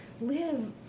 live